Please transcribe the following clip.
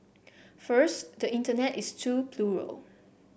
first the Internet is too plural